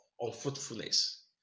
unfruitfulness